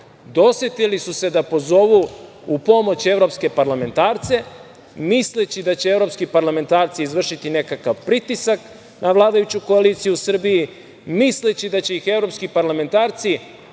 Dosetili su se da pozovu u pomoć evropske parlamentarce, misleći da će evropski parlamentarci izvršiti nekakav pritisak na vladajuću koaliciju u Srbiji, misleći da će ih evropski parlamentarci, što